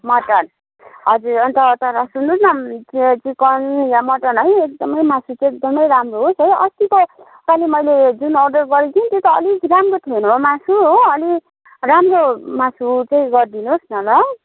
mutton हजुर अन्त तर सुन्नु न चिकन या मटन है एकदमै मासु चाहिँ एकदमै राम्रो होस् है अस्तिको पाली मैले जुन अर्डर गरेको थिएँ नि त्यो त अलि राम्रो थिएन हो मासु हो अलि राम्रो मासु चाहिँ गरिदिनुहोस् न ल